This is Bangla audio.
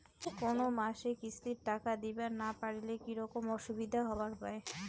কোনো মাসে কিস্তির টাকা দিবার না পারিলে কি রকম অসুবিধা হবার পায়?